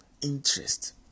interest